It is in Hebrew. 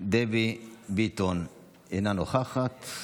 דבי ביטון, אינה נוכחת.